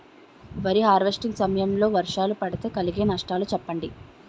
వరి హార్వెస్టింగ్ సమయం లో వర్షాలు పడితే కలిగే నష్టాలు చెప్పండి?